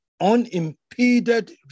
unimpeded